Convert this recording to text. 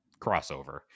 crossover